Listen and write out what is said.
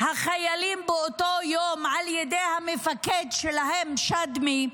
החיילים באותו יום, על ידי המפקד שלהם, שדמי,